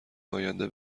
آینده